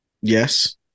Yes